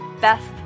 best